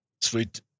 Sweet